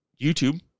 YouTube